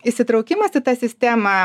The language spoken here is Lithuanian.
įsitraukimas į tą sistemą